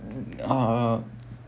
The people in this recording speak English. uh uh